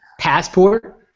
Passport